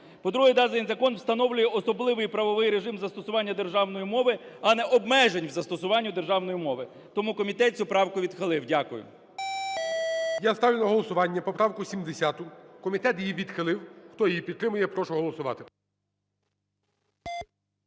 По-друге, закон встановлює особливий правовий режим застосування державної мови, а не обмежень в застосуванні державної мови. Тому комітет цю правку відхилив. Дякую. ГОЛОВУЮЧИЙ. Я ставлю на голосування поправку 70. Комітет її відхилив. Хто її підтримує, я прошу голосувати.